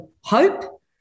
hope